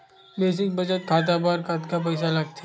Basic बचत खाता बर कतका पईसा लगथे?